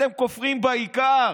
אתם כופרים בעיקר.